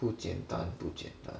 不简单不简单